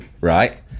right